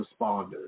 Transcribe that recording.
responders